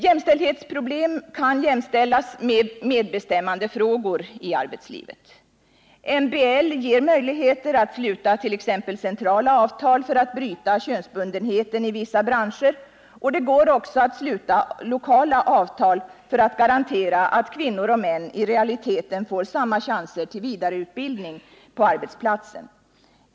Jämställdhetsproblem kan jämställas med medbestämmandefrågor i arbetslivet. MBL ger möjligheter att sluta t.ex. centrala avtal för att bryta könsbundenhet i vissa branscher, och det går också att sluta lokala avtal för att garantera att kvinnor och män i realiteten får samma chanser till vidareutbildning på arbetsplatsen.